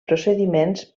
procediments